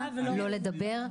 לא לדבר.